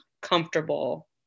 comfortable